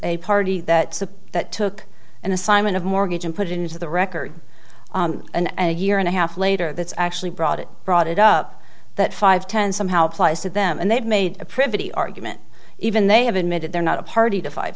a party that that took an assignment of mortgage and put it into the record and a year and a half later that's actually brought it brought it up that five ten somehow applies to them and they've made a pretty argument even they have admitted they're not a party to five